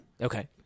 Okay